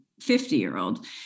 50-year-old